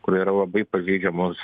kur yra labai pažeidžiamos